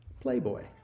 Playboy